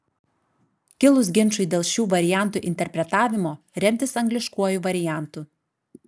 kilus ginčui dėl šių variantų interpretavimo remtis angliškuoju variantu